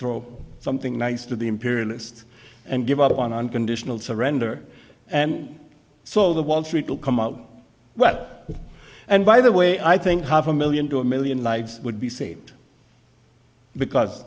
throw something nice to the imperialist and give up on unconditional surrender and so the wall street will come out well and by the way i think half a million to a million lives would be saved because